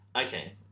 Okay